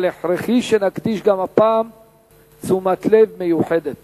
אבל הכרחי שנקדיש גם הפעם תשומת לב מיוחדת